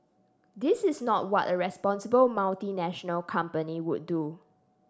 this is not what a responsible multinational company would do